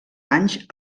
anys